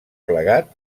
plegat